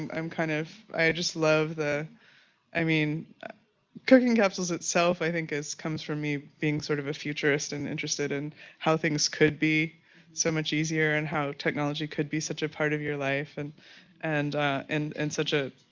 i'm kind of, i just love, i mean cooking yeah up so as itself i think just comes from me being sort of a futuristic and interested in how things could be so much easier and how technology could be such a part of your life and and and and such a